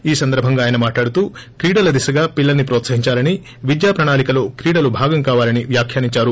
ఈ సందర్బంగా ఆయన మాట్లాడుతూ క్రీడల దిశగా పిల్లల్సి ప్రోత్సహించాలని విద్యా ప్రణాళికలో క్రీడలు భాగం కావాలని వ్యాఖ్యానించారు